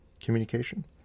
communication